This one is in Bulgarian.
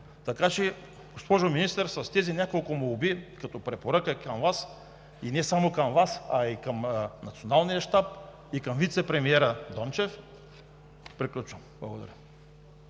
Така че, госпожо Министър, с тези няколко молби, като препоръка към Вас, и не само към Вас, а и към Националния щаб и към вицепремиера Дончев, приключвам. Благодаря